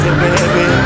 baby